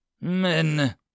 men